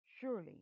Surely